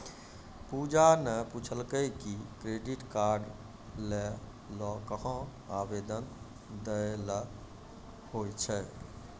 पूजा ने पूछलकै कि क्रेडिट कार्ड लै ल कहां आवेदन दै ल होय छै